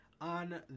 on